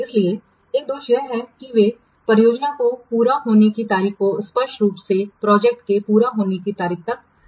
इसलिए एक दोष यह है कि वे परियोजना के पूरा होने की तारीख को स्पष्ट रूप से प्रोजेक्ट के पूरा होने की तारीख तक नहीं दिखाते हैं